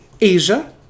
Asia